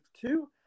Two